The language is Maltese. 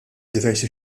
diversi